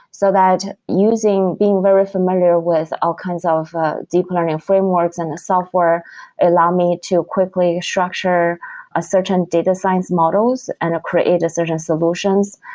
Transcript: so that using being very familiar with all kinds of deep learning frameworks and the software allow me to quickly structure a certain data science models and create a certain solutions.